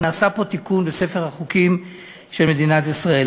ונעשה פה תיקון בספר החוקים של מדינת ישראל.